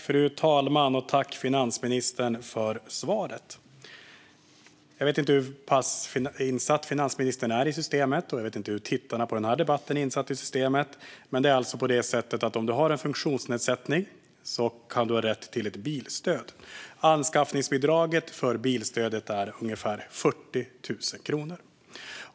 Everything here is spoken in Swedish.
Fru talman! Tack, finansministern, för svaret! Jag vet inte hur pass insatt i systemet finansministern är, och jag vet inte hur pass insatta de som tittar på den här debatten är. Men det är alltså på det sättet att den som har en funktionsnedsättning kan ha rätt till bilstöd. Anskaffningsbidraget i bilstödet är ungefär 40 000 kronor.